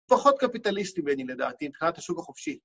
פחות קפיטליסטי בני, לדעתי, נחלת הסוג החופשי.